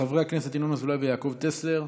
של חברי הכנסת ינון אזולאי ויעקב טסלר.